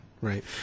right